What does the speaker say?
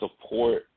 support